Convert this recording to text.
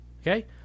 okay